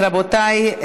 רבותיי,